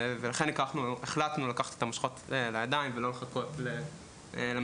ולכן החלטנו לקחת את המושכות לידיים ולא לחכות למדינה,